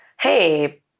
hey